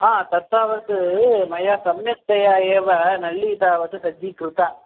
हा तत् तावत् मया सम्यक्तया एव नल्ली तावत् सज्जीकृता